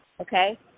Okay